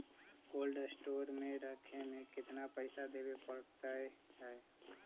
Cold store में रखे में केतना पैसा देवे पड़तै है?